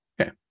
okay